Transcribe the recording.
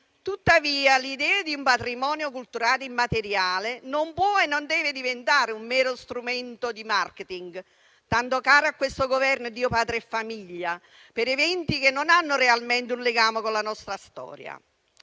Tuttavia, l'idea di un patrimonio culturale immateriale non può e non deve diventare un mero strumento di *marketing*, tanto caro a questo Governo "Dio, Patria, Famiglia", per eventi che non hanno realmente un legame con la nostra storia.